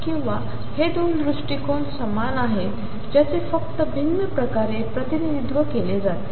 किंवा हे 2 दृष्टिकोन समान आहेत ज्याचे फक्त भिन्न प्रकारे प्रतिनिधित्व केले जाते